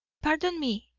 pardon me,